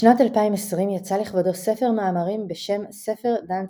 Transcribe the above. בשנת 2020 יצא לכבודו ספר מאמרים בשם "ספר דנציגר",